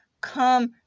Come